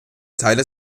teile